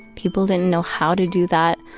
people didn't know how to do that,